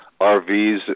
RVs